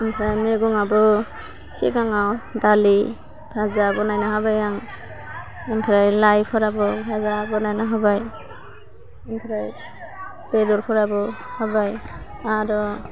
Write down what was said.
ओमफ्राय मैगंआबो सिगाङाव दालि फाजा बानायनो हाबाय आं ओमफ्राय लाइफोराबो फाजा बानायनो हाबाय ओमफ्राय बेदरफोराबो हाबाय आरो